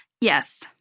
Yes